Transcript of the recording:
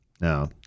Now